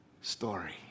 story